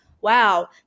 Wow